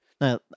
Now